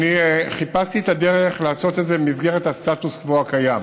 חיפשתי את הדרך לעשות את זה במסגרת הסטטוס קוו הקיים,